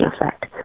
effect